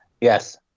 Yes